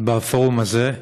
בפורום הזה,